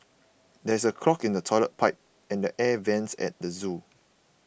there is a clog in the Toilet Pipe and the Air Vents at the zoo